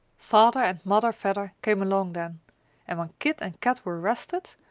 father and mother vedder came along then and when kit and kat were rested,